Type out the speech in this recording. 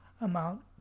amount